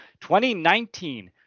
2019